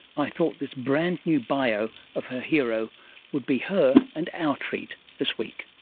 i thought this brand-new bio of her hero would be her and our treat this week.